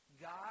God